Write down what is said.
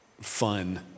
fun